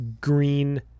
green